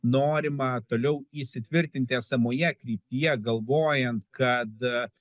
norima toliau įsitvirtinti esamoje kryptyje galvojant kad